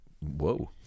Whoa